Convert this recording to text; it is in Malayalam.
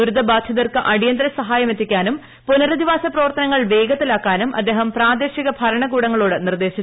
ദുരിതബാധിതർക്ക് അടിയന്തിര സഹായം എത്തിക്കാനും പുനരധിവാസ പ്രവർത്തനങ്ങൾ വേഗത്തിലാക്കാനും അദ്ദേഹം പ്രാദേശിക ഭരണകൂടങ്ങളോട് നിർദ്ദേശിച്ചു